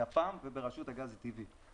בגפ"ם וברשות הגז הטבעי.